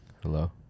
Hello